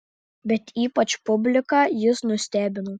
bet ypač publiką jis nustebino